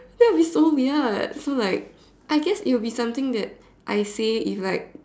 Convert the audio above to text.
that is so weird so like I guess it will be something that I see if like